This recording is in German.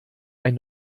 ein